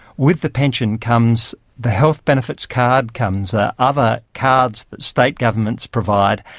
with the pension comes the health benefits card, comes ah other cards that state governments provide.